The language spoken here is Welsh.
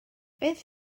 beth